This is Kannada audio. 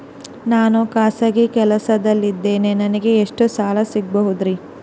ನಾನು ಖಾಸಗಿ ಕೆಲಸದಲ್ಲಿದ್ದೇನೆ ನನಗೆ ಎಷ್ಟು ಸಾಲ ಸಿಗಬಹುದ್ರಿ?